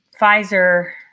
Pfizer